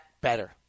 better